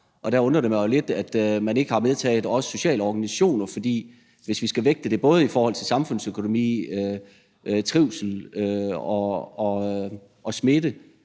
Og der undrer det mig jo lidt, at man ikke også har medtaget sociale organisationer – for hvis vi skal vægte det både i forhold til samfundsøkonomi, trivsel, smitte